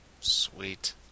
Sweet